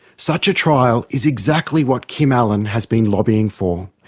such a trial is exactly what kim allen has been lobbying for.